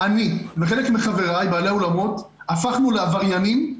אני וחלק מחבריי בעלי האולמות, הפכנו לעבריינים,